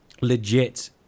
legit